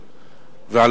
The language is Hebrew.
אגב,